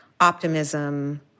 optimism